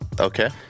Okay